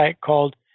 called